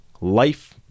life